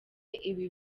ibi